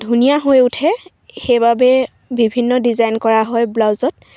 ধুনীয়া হৈ উঠে সেইবাবে বিভিন্ন ডিজাইন কৰা হয় ব্লাউজত